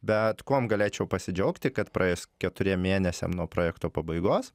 bet kuom galėčiau pasidžiaugti kad praėjus keturiem mėnesiam nuo projekto pabaigos